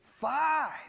five